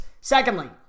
Secondly